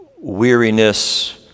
weariness